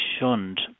shunned